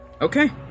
Okay